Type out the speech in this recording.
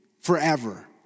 Forever